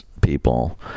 people